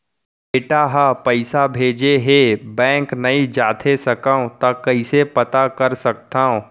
बेटा ह पइसा भेजे हे बैंक नई जाथे सकंव त कइसे पता कर सकथव?